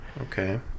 Okay